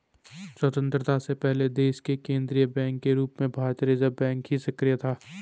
स्वतन्त्रता से पहले देश के केन्द्रीय बैंक के रूप में भारतीय रिज़र्व बैंक ही सक्रिय था